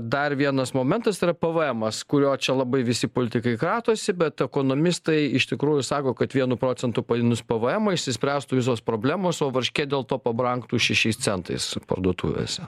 dar vienas momentas tai yra pavaemas kurio čia labai visi politikai kratosi bet ekonomistai iš tikrųjų sako kad vienu procentu padidinus pavaemą išsispręstų visos problemos o varškė dėl to pabrangtų šešiais centais parduotuvėse